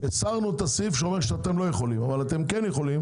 הסרנו את הסעיף שאומר שאתם לא יכולים אבל אתם כן יכולים